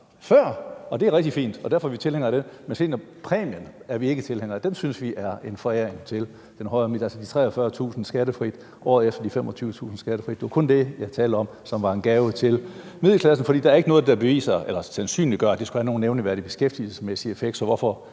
før, og det er rigtig fint, og derfor er vi tilhængere af det. Men seniorpræmien er vi ikke tilhængere af. Den synes vi er en foræring til den højere middelklasse. Det var altså kun de 43.000 kr. skattefrit og året efter de 25.000 kr. skattefrit, jeg talte om var en gave til middelklassen, for der er ikke noget, der sandsynliggør, at det skulle have nævneværdig beskæftigelsesmæssig effekt.